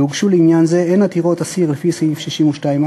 והוגשו לעניין זה הן עתירות אסיר לפי סעיף 62א